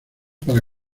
para